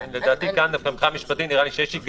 לדעתי כאן דווקא מטעם משפטי יש היגיון